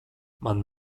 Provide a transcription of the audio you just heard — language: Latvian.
man